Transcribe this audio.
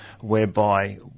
whereby